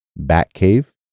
Batcave